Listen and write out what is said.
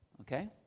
Okay